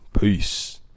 Peace